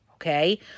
Okay